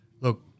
Look